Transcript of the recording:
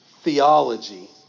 theology